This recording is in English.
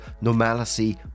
normalcy